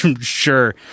sure